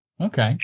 Okay